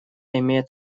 имеет